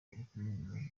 bukomeye